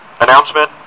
Announcement